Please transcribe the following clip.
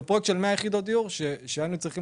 זה פרויקט של 100 יחידות דיור שהיינו צריכים